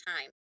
time